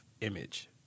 image